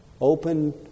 Open